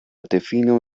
difino